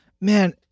man